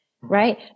right